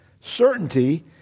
certainty